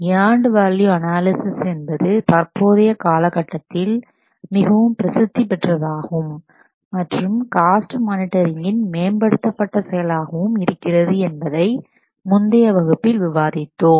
earned value analysis என்பது தற்போதைய காலகட்டத்தில் மிகவும் பிரசித்தி பெற்றதாகும் மற்றும் காஸ்ட் மானிட்டரிங்கின் மேம்படுத்தப்பட்ட செயலாகவும் இருக்கிறது என்பதை முந்தைய வகுப்பில் விவாதித்தோம்